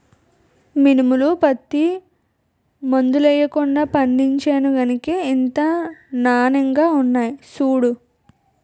మినుములు, పత్తి మందులెయ్యకుండా పండించేను గనకే ఇంత నానెంగా ఉన్నాయ్ సూడూ